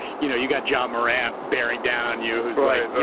you know you've got ja morant bearing down on you, who's like